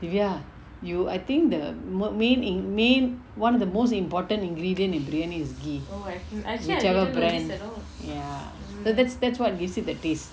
dyvia you I think the main main one of the most important ingredient in briyani is ghee whichever brand ya so that's that's what gives it the taste